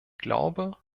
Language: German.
glaube